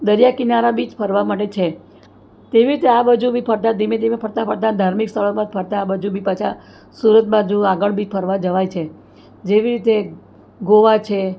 દરિયાકિનારા બી ફરવા માટે છે તેવી રીતે આ બાજુ બી ફરતા ધીમે ધીમે ફરતાં ફરતાં ધાર્મિક સ્થળોમાં ફરતા આ બાજુ બી પાછા સુરત બાજુ આગળ બી ફરવા જવાય છે જેવી રીતે ગોવા છે